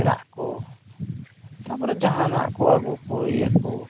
ᱯᱮᱲᱟ ᱠᱩ ᱛᱟᱯᱚᱨᱮ ᱡᱟᱦᱟᱱᱟᱜ ᱠᱩ ᱟᱹᱜᱩ ᱠᱩ ᱤᱭᱟᱹ ᱠᱩ